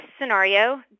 scenario